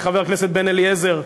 חבר הכנסת בן-אליעזר,